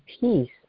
peace